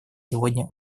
сегодня